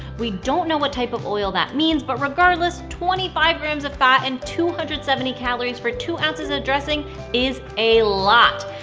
we don't know what type of oil that means, but regardless, twenty five grams of fat and two hundred and seventy calories for two ounces of dressing is a lot.